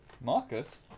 Marcus